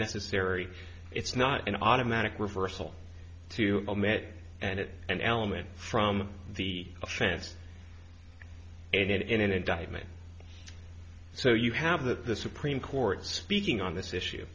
necessary it's not an automatic reversal to amend and it an element from the offense and in an indictment so you have that the supreme court speaking on this issue